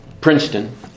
Princeton